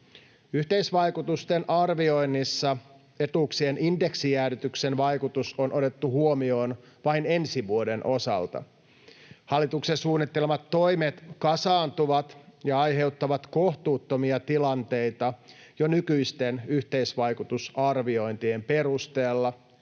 Yhteisvaikutusten arvioinnissa etuuksien indeksijäädytyksen vaikutus on otettu huomioon vain ensi vuoden osalta. Hallituksen suunnittelemat toimet kasaantuvat ja aiheuttavat kohtuuttomia tilanteita jo nykyisten yhteisvaikutusarviointien perusteella,